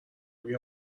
روی